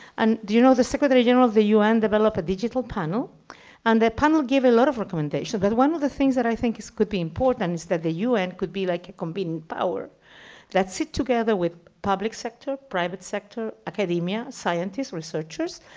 and do you know the secretary general of the u n. developed a digital panel and the panel gave a lot of recommendations, but one of the things that i think could be important is that the u n. could like convene power that sit together with public sector, private sector, academia, scientists, researchers,